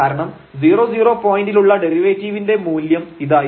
കാരണം 00 പോയിന്റിലുള്ള ഡെറിവേറ്റീവിന്റെ മൂല്യം ഇതായിരുന്നു